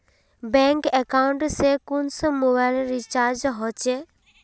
Bank account से कुंसम mobile recharge होचे?